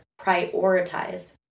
prioritize